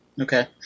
Okay